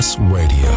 Radio